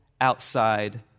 outside